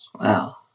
Wow